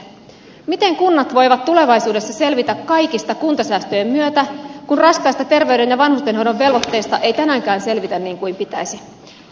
miten kunnat voivat tulevaisuudessa selvitä kaikista kuntasäästöjen myötä kun raskaista terveyden ja vanhustenhoidon velvoitteista ei tänäänkään selvitä niin kuin pitäisi